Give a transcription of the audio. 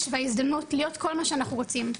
וההזדמנות להיות כל מה שאנחנו רוצים,